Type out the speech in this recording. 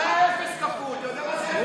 אתה סוכן כפול.